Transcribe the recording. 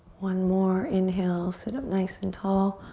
one more inhale. sit up nice and tall.